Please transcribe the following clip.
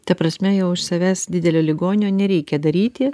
ta prasme jau iš savęs didelio ligonio nereikia daryti